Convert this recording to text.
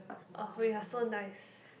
uh we are so nice